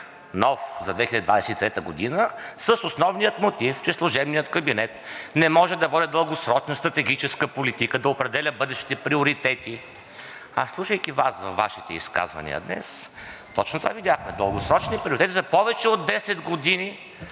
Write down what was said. нов – за 2023 г., с основния мотив, че служебният кабинет не може да води дългосрочна стратегическа политика, да определя бъдещите приоритети. А слушайки Вас в изказванията Ви днес, точно това видяхме – дългосрочни приоритети за повече от 10 години